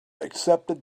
accepted